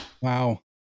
Wow